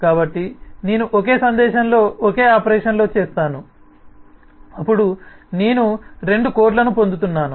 కాబట్టి నేను ఒకే సందేశంలో ఒకే ఆపరేషన్లో చేస్తాను అప్పుడు నేను రెండు కోడ్లను పొందుతున్నాను